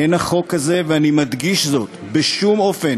אין החוק הזה, ואני מדגיש זאת, בשום אופן